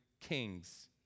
kings